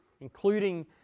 including